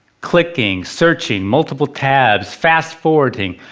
clicking, searching, multiple tabs fast-forwarding,